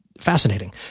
fascinating